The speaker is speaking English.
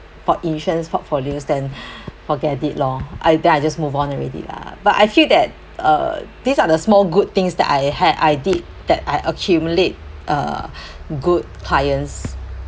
for insurance portfolios then forget it lor I then I just move on already lah but I feel that uh these are the small good things that I had I did that I accumulate uh good clients